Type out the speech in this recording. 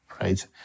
right